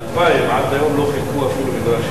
מ-2000 ועד היום לא חילקו אפילו מגרש אחד.